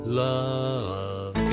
love